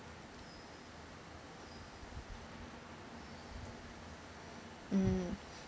mm